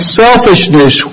selfishness